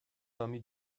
parmi